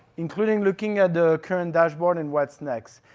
including looking at the current dashboard and what's next.